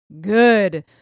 good